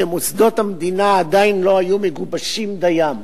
כשמוסדות המדינה עדיין לא היו מגובשים דיים,